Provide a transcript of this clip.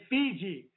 Fiji